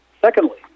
Secondly